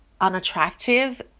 unattractive